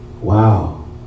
Wow